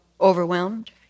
Overwhelmed